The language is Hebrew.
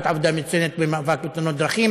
עבודה מצוינת במאבק בתאונות דרכים